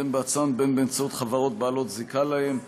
בין בעצמם ובין באמצעות חברות בעלות זיקה להם,